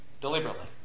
deliberately